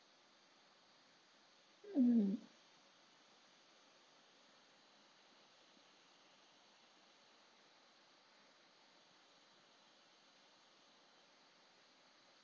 mm